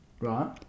Right